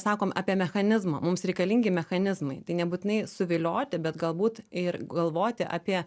sakom apie mechanizmą mums reikalingi mechanizmai tai nebūtinai suvilioti bet galbūt ir galvoti apie